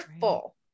full